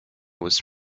was